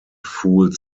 fooled